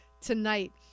tonight